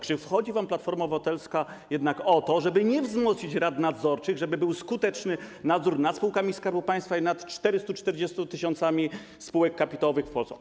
Czy chodzi wam, Platformo Obywatelska, jednak o to, żeby nie wzmocnić rad nadzorczych, żeby był skuteczny nadzór nad spółkami Skarbu Państwa i nad 440 tys. spółek kapitałowych w Polsce?